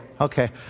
okay